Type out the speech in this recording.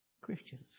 Christians